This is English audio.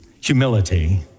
Humility